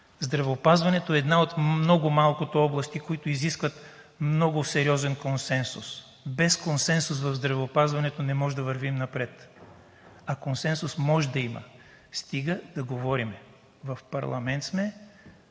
Здравеопазването е една от много малкото области, които изискват много сериозен консенсус. Без консенсус в здравеопазването не можем да вървим напред, а консенсус може да има, стига да говорим. В парламент сме!